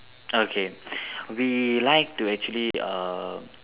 okay we like to actually um